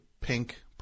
pink